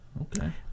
Okay